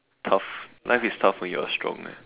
tough life is tough when you are strong eh